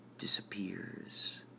Disappears